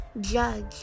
judge